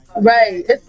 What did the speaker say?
Right